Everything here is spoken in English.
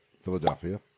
Philadelphia